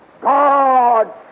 God